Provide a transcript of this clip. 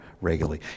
regularly